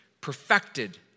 perfected